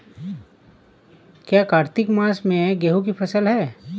क्या कार्तिक मास में गेहु की फ़सल है?